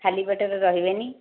ଖାଲି ପେଟରେ ରହିବେନି